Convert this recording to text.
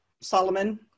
Solomon